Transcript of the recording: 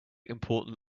important